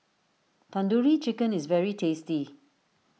Tandoori Chicken is very tasty